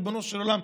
ריבונו של עולם: